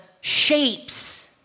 shapes